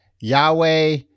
Yahweh